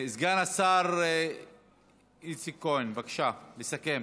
סגן השר איציק כהן, בבקשה, יסכם.